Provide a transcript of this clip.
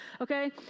okay